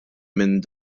minn